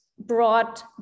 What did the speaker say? brought